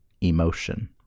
Emotion